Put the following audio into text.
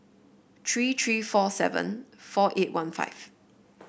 three three four seven four eight one five